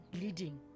leading